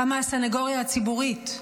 קמה הסנגוריה הציבורית,